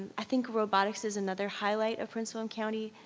i think robotics is another highlight of prince william county.